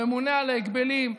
הממונה על ההגבלים,